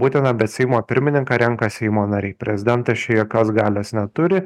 būtina bet seimo pirmininką renka seimo nariai prezidentas čia jokios galios neturi